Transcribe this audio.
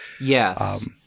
Yes